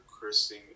cursing